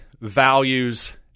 values